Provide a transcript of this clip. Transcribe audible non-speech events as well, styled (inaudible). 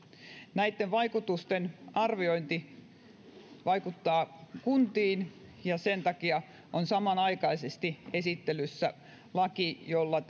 vaikutusten arvioinnista tämä vaikuttaa kuntiin ja sen takia on samanaikaisesti esittelyssä laki jolla (unintelligible)